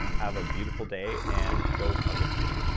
have a beautiful day, and go hug a tree